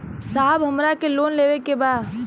साहब हमरा के लोन लेवे के बा